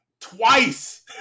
Twice